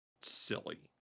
silly